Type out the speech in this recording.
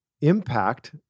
impact